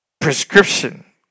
prescription